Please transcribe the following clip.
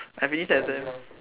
I finished the exam